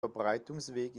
verbreitungsweg